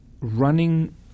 running